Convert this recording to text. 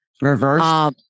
Reverse